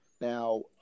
Now